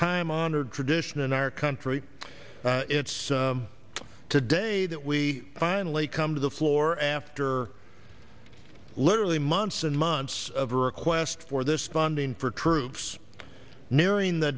time honored tradition in our country it's today that we finally come to the floor after literally months and months of request for this funding for troops nearing the